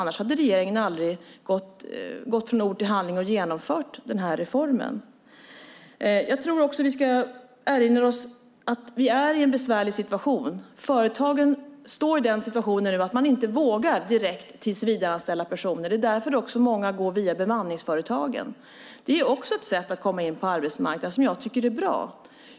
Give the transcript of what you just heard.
Annars hade regeringen aldrig gått från ord till handling och genomfört reformen. Jag tror också att vi ska erinra oss att vi är i en besvärlig situation. Företagen står nu i den situationen att de inte vågar tillsvidareanställa personer direkt. Det är också därför många går via bemanningsföretagen. Det är ett sätt att komma in på arbetsmarknaden som jag tycker är bra.